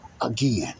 again